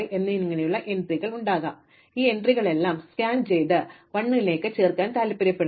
അതിനാൽ ഞങ്ങൾക്ക് ഈ എൻട്രികൾ ഉണ്ടാകും കൂടാതെ ഇവയെല്ലാം സ്കാൻ ചെയ്ത് എല്ലാ 1 കളും ചേർക്കാൻ ഞങ്ങൾ താൽപ്പര്യപ്പെടുന്നു